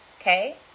Okay